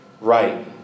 right